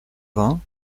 vingts